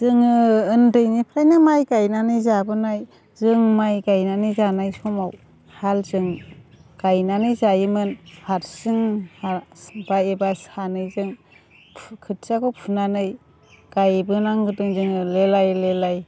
जोङो उन्दैनिफ्रायनो माइ गायनानै जाबोनाय जों माइ गायनानै जानाय समाव हालजों गायनानै जायोमोन हारसिं एबा सानैजों फु खोथियाखौ फुनानै गायबोनांदों जों लेलाइ लेलाइ